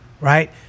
right